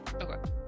Okay